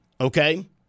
Okay